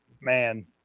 man